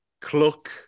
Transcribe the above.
Cluck